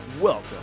welcome